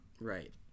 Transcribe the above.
Right